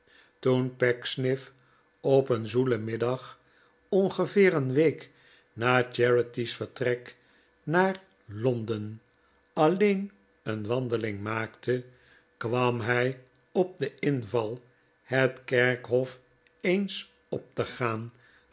toen pecksniff op een zoelen middag ongeveer een week na charity's vertrek naar londen alleen een wandeling maakte kwam hij op den inval het kerkhof eens op te gaan